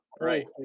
right